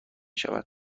شود